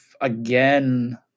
again